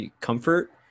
comfort